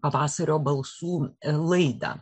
pavasario balsų laidą